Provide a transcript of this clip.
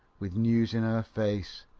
with news in her face.